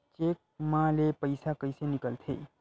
Cheque म ले पईसा कइसे निकलथे?